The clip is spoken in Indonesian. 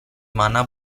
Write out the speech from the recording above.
mana